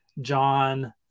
john